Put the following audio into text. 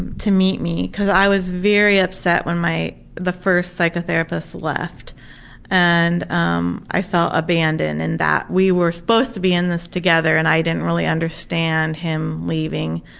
and to meet me, cause i was very upset when the first psychotherapist left and um i felt abandoned and that we were supposed to be in this together and i didn't really understand him leaving.